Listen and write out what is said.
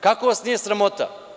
Kako vas nije sramota?